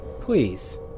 Please